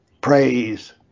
praise